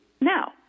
now